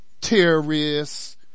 terrorists